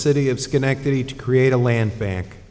city of schenectady to create a land ba